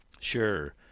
Sure